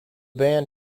band